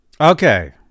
Okay